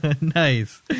Nice